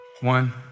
One